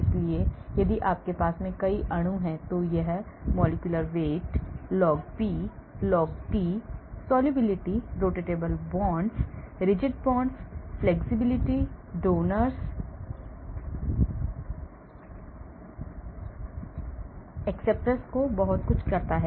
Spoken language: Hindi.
इसलिए यदि आपके पास कई अणु हैं तो यह molecular weight log P log D solubility rotatable bond rigid bonds flexibility donors acceptors को बहुत कुछ करता है